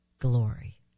glory